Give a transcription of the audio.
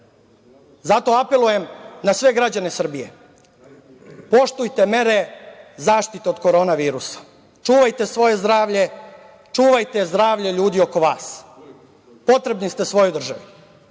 evra. Zato apelujem na sve građane Srbije, poštujte mere zaštita od korona virusa, čuvajte svoje zdravlje, čuvajte zdravlje ljudi oko vas, potrebni ste svojoj državi.